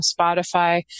Spotify